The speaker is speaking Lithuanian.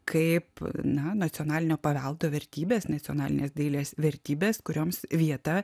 kaip na nacionalinio paveldo vertybės nacionalinės dailės vertybės kurioms vieta